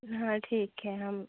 हाँ ठीक है हम